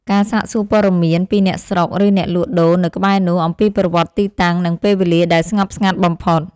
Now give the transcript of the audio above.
ការសាកសួរព័ត៌មានពីអ្នកស្រុក ឬអ្នកលក់ដូរនៅក្បែរនោះ អំពីប្រវត្តិទីតាំង និងពេលវេលាដែលស្ងប់ស្ងាត់បំផុត។